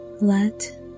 Let